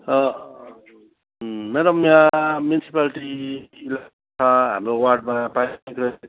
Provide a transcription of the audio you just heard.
madam यहाँ municipality छ हाम्रो वार्डमा पानीको क्राइसिस